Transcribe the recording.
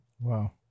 Wow